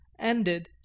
ended